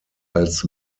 als